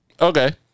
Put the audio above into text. Okay